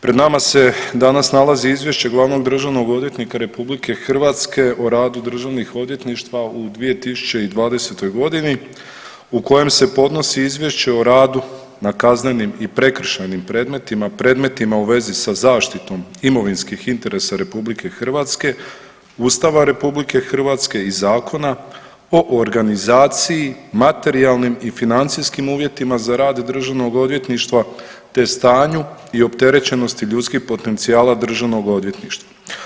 Pred nama se danas nalazi Izvješće glavnog državnog odvjetnika RH o radu državnih odvjetništva u 2020.g. u kojem se podnosi izvješće o radu na kaznenim i prekršajnim predmetima, predmetima u vezi sa zaštitom imovinskih interesa RH, Ustava RH i Zakona o organizaciji materijalnim i financijskim uvjetima za rad državnog odvjetništva te stanju i opterećenosti ljudskih potencijala državnog odvjetništva.